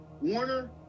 Warner